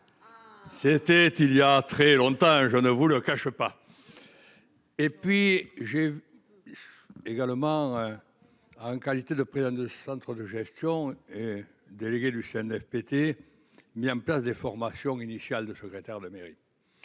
C'était il y a très longtemps, je ne vous le cache pas. Et puis j'ai. Également. En qualité de président de centre de gestion. Déléguée. FPT met en place des formations initiales de secrétaire de mairie.